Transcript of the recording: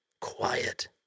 quiet